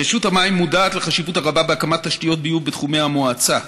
רשות המים מודעת לחשיבות הרבה בהקמת תשתיות ביוב בתחומי המועצה,